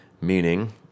meaning